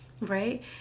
right